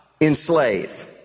enslave